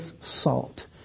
salt